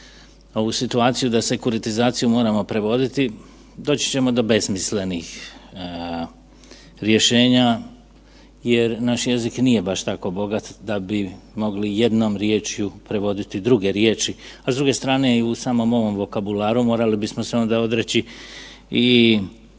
ovu situaciju da sekuratizaciju moramo prevoditi doći ćemo do besmislenih rješenja jer naš jezik nije baš tako bogat da bi mogli jednom riječju prevoditi druge riječi, pa s druge strane i u samom ovom vokabularu morali bismo se ona i odreći i